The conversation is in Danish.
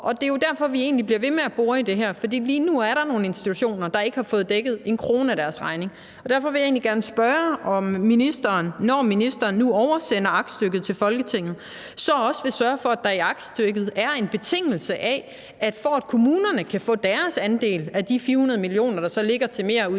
Det er jo derfor, vi bliver ved med at bore i det her. For lige nu er der nogle institutioner, der ikke har fået dækket en krone af deres regning, og derfor vil jeg egentlig gerne spørge, om ministeren, når ministeren nu oversender aktstykket til Folketinget, så også vil sørge for, at der i aktstykket er en betingelse, der går ud på, at for at kommunerne kan få deres andel af de 400 mio. kr., der så ligger til merudgifterne